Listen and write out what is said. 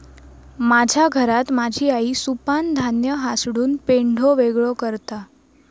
माझ्या घरात माझी आई सुपानं धान्य हासडून पेंढो वेगळो करता